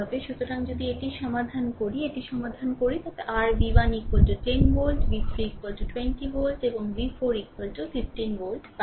সুতরাং যদি এটির সমাধান করে এটির সমাধান করে তবে r v1 10 volt v3 20 volt এবং v4 15 ভোল্ট পাবেন